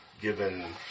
given